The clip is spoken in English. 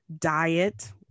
diet